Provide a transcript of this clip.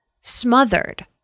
smothered